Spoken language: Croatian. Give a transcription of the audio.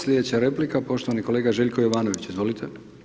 Sljedeća replika poštovani kolega Željko Jovanović, izvolite.